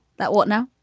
that what now?